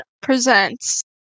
Presents